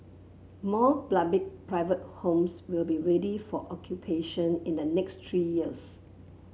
more private homes will be ready for occupation in the next three years